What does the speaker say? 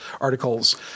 articles